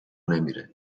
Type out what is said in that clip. نمیره